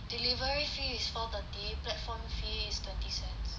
delivery fee is four thirty platform fee is thirty cents